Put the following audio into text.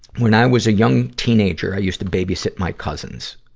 when i was a young teenager, i used to babysit my cousins.